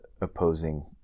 opposing